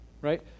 right